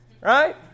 right